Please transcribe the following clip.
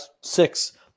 six